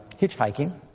hitchhiking